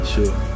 Sure